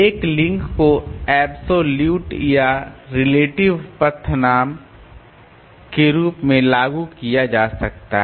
एक लिंक को अब्सोल्यूट या एक रिलेटिव पथ नाम के रूप में लागू किया जा सकता है